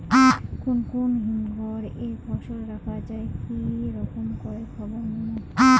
কুন কুন হিমঘর এ ফসল রাখা যায় কি রকম করে খবর নিমু?